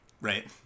Right